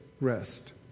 rest